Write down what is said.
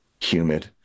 humid